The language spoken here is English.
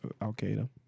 al-Qaeda